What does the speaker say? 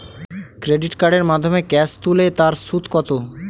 Credit কার্ডের মাধ্যমে cash তুলে তার সুদ কত?